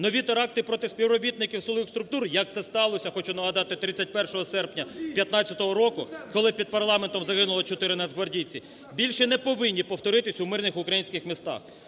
Нові теракти проти співробітників силових структур, як це сталося, хочу нагадати, 31 серпня 15-го року, коли під парламентом загинули 4 нацгвардійці, більше не повинні повторитись у мирних українських містах.